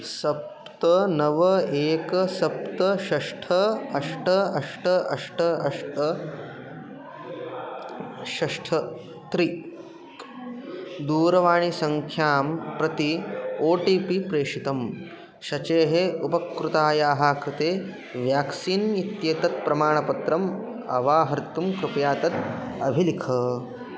सप्त नव एक सप्त षट् अष्ट अष्ट अष्ट अष्ट षट् त्रीणि दूरवाणीसङ्ख्यां प्रति ओ टि पि प्रेषितं शचेः उपकृतायाः कृते व्याक्सीन् इत्येतत् प्रमाणपत्रम् अवाहर्तुं कृपया तत् अभिलिख